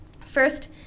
First